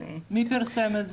מי פרסם את זה?